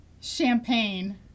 Champagne